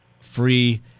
free